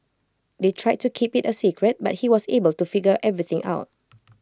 they tried to keep IT A secret but he was able to figure everything out